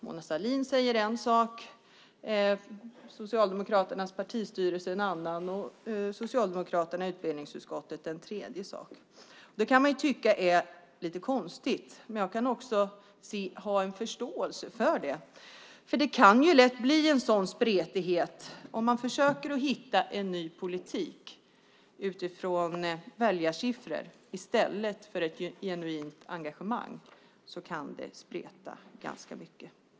Mona Sahlin säger en sak, Socialdemokraternas partistyrelse en annan och socialdemokraterna i utbildningsutskottet en tredje. Man kan ju tycka att det är lite konstigt. Men jag kan också ha förståelse för det. Det kan lätt bli en sådan spretighet. Om man försöker att hitta en ny politik utifrån väljarsiffror i stället för i ett genuint engagemang kan det spreta ganska mycket.